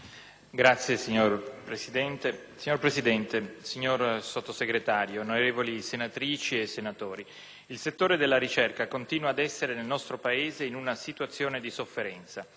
finestra") *(PD)*. Signora Presidente, signor Sottosegretario, onorevoli senatrici e senatori, il settore della ricerca continua ad essere nel nostro Paese in una situazione di sofferenza.